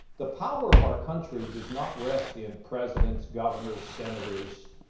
the power of our country does not rest in presidents, governors, senators.